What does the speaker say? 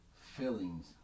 feelings